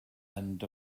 end